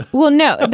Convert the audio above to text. well, no. but